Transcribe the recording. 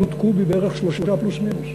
עלות קוב היא בערך 3 שקלים פלוס-מינוס,